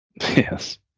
yes